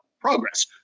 progress